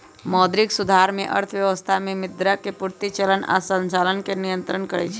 मौद्रिक सुधार में अर्थव्यवस्था में मुद्रा के पूर्ति, चलन आऽ संचालन के नियन्त्रण करइ छइ